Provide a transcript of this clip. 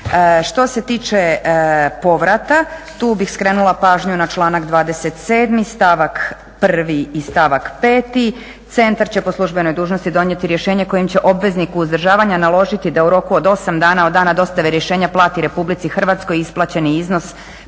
Što se tiče povrata, tu bih skrenula pažnju na članak 27., stavak 1. i stavak 5., centar će po službenoj dužnosti donijeti rješenje kojim će obveznik uzdržavanja naložiti da u roku od 8 dana od dana dostave rješenja plati RH isplaćeni iznos privremenog